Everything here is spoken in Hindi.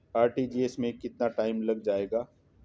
आर.टी.जी.एस में कितना टाइम लग जाएगा?